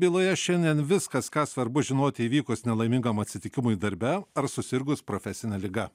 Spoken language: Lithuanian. byloje šiandien viskas ką svarbu žinoti įvykus nelaimingam atsitikimui darbe ar susirgus profesine liga